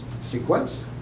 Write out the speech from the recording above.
sequence